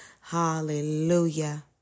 Hallelujah